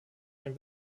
ein